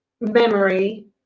memory